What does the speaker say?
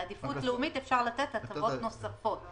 בעדיפות לאומית אפשר לתת הטבות נוספות.